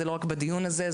ולא רק בדיון הזה,